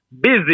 busy